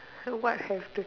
so what sentence